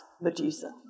Medusa